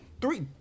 Three